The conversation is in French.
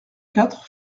quatre